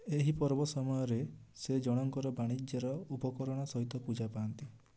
ଏହି ପର୍ବ ସମୟରେ ସେ ଜଣଙ୍କର ବାଣିଜ୍ୟର ଉପକରଣ ସହିତ ପୂଜା ପାଆନ୍ତି